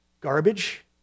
garbage